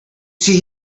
see